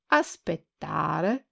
aspettare